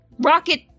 rocket